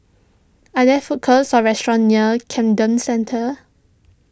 are there food courts or restaurants near Camden Centre